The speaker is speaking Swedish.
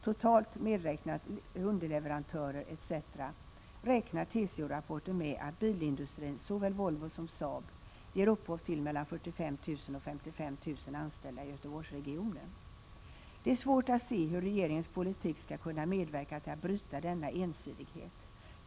Totalt, medräknat underleverantörer etc., räknar TCO-rapporten med att bilindustrin, såväl Volvo som Saab, sysselsätter mellan 45 000 och 55 000 anställda i Göteborgsregionen. Det är svårt att se hur regeringens politik skall kunna medverka till att bryta denna ensidighet.